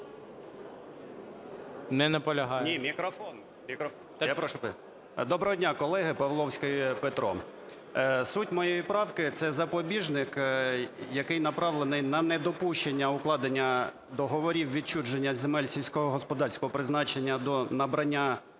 Доброго дня, колеги. Павловський Петро. Суть моєї правки - це запобіжник, який направлений на недопущення укладення договорів відчуження земель сільськогосподарського призначення до набрання